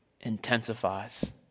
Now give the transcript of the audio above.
intensifies